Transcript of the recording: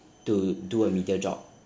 to do a media job